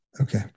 Okay